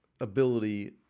ability